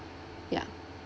ya